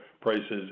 prices